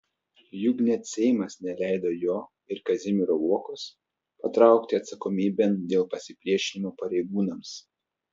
juk net seimas neleido jo ir kazimiero uokos patraukti atsakomybėn dėl pasipriešinimo pareigūnams